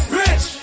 rich